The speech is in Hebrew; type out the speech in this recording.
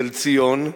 תל-ציון,